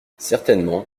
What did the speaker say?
certainement